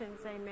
Amen